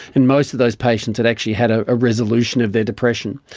and most of those patients had actually had a resolution of their depression.